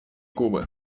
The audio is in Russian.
кубы